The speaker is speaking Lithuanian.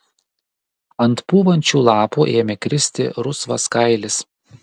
ant pūvančių lapų ėmė kristi rusvas kailis